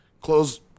close